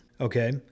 Okay